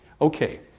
Okay